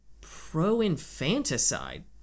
pro-infanticide